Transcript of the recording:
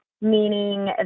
meaning